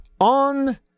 on